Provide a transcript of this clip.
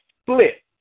split